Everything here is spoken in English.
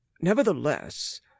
nevertheless